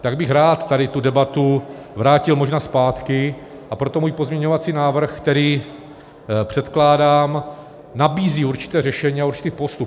Tak bych rád tady tu debatu vrátil možná zpátky, a proto můj pozměňovací návrh, který předkládám, nabízí určité řešení a určitý postup.